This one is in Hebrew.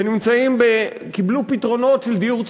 והם קיבלו פתרונות של דיור ציבורי,